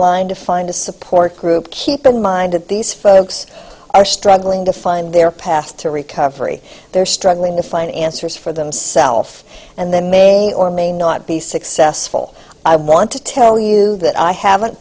online to find a support group keep in mind that these folks are struggling to find their path to recovery they're struggling to find answers for themself and they may or may not be successful i want to tell you that i haven't